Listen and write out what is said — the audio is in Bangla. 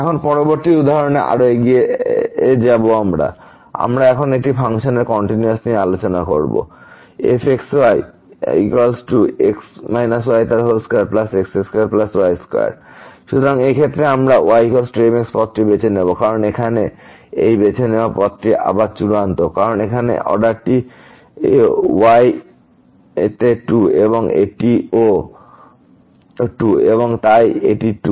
এখন পরবর্তী উদাহরণে আরও এগিয়ে আমরা এখন ফাংশনের কন্টিনিউয়াস নিয়ে আলোচনা করব fxyx y2x2y2xy00 0xy00 সুতরাং এই ক্ষেত্রে আমরা y mx পথটি বেছে নেব কারণ এখানে এই বেছে নেওয়ার পথটি আবার চূড়ান্ত কারণ এখানে অর্ডারটি y তে 2 এবং এটি ও 2 এবং তাই এটি 2